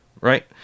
right